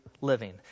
living